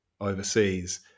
overseas